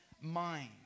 mind